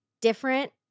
different